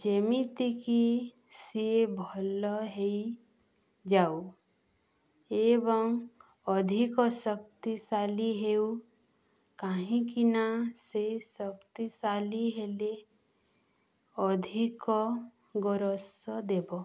ଯେମିତିକି ସିଏ ଭଲ ହେଇ ଯାଉ ଏବଂ ଅଧିକ ଶକ୍ତିଶାଲୀ ହେଉ କାହିଁକିନା ସେ ଶକ୍ତିଶାଲୀ ହେଲେ ଅଧିକ ଗୋରସ ଦେବ